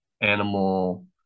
animal